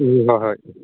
ꯎꯝ ꯍꯣꯏ ꯍꯣꯏ